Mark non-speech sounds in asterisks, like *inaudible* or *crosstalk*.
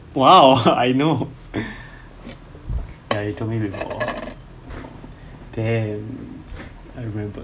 !wow! I know *noise* ya you told me before damn I remembered